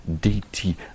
Deity